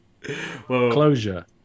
Closure